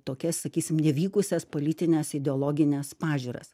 tokias sakysim nevykusias politines ideologines pažiūras